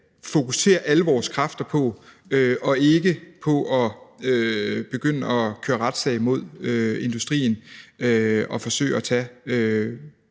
fokusere alle vores kræfter på, ikke på at begynde at køre retssag mod industrien og forsøge at tage